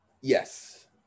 Yes